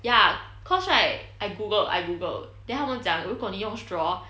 ya cause right I googled I googled then 他们讲如果你用 straw right